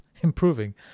improving